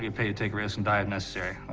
get paid to take risks and die if necessary.